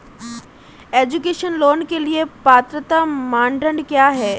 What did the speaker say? Education loan के लिए पात्रता मानदंड क्या है?